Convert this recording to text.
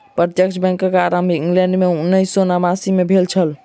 प्रत्यक्ष बैंकक आरम्भ इंग्लैंड मे उन्नैस सौ नवासी मे भेल छल